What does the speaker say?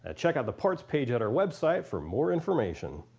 ah check out the partz page at our website for more information.